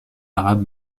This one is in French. arabe